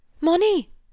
Money